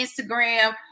Instagram